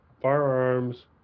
Firearms